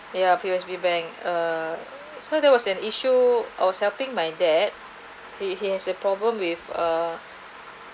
yeah P_O_S_B bank ah so there was an issue I was helping my dad he he has a problem with err